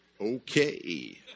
Okay